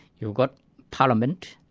you've got parliament,